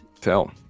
tell